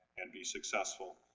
and be successful.